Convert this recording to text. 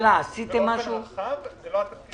באופן רחב, זה לא התפקיד שלי.